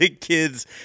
kids